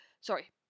Sorry